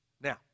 Now